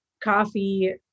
coffee